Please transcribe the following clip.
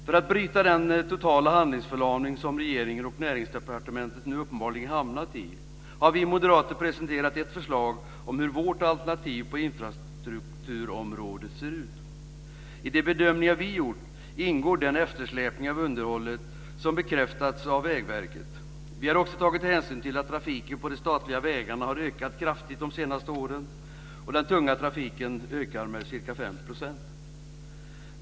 För att bryta den totala handlingsförlamning som regeringen och Näringsdepartementet nu uppenbarligen hamnat i har vi moderater presenterat hur vårt alternativ på infrastrukturområdet ser ut. I de bedömningar vi gjort ingår den eftersläpning av underhållet som bekräftats av Vägverket. Vi har också tagit hänsyn till att trafiken på de statliga vägarna har ökat kraftigt de senaste åren. Den tunga trafiken ökar med ca 5 %.